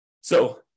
So-